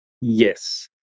Yes